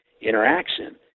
interaction